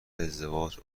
ازدواج